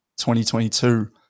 2022